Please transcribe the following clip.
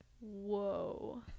whoa